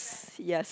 yes